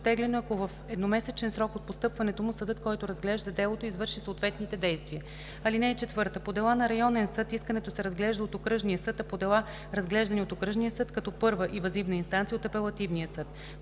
оттеглено, ако в едномесечен срок от постъпването му съдът, който разглежда делото, извърши съответните действия. (4) По дела на районен съд искането се разглежда от окръжния съд, а по дела, разглеждани от окръжния съд като първа и въззивна инстанция – от апелативния съд.